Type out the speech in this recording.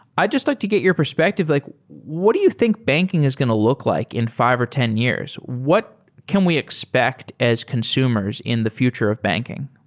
i just like to get your perspective, like what do you think banking is going to look like in five or ten years? what can we expect as consumers in the future of banking?